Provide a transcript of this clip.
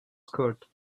skirt